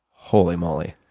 holy molly?